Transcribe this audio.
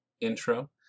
intro